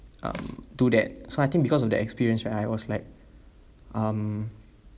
um do that so I think because of the experience right I was like um